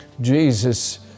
Jesus